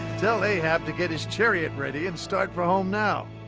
tell ahab to get his chariot ready and start for home now.